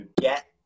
get